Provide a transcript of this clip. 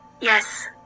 yes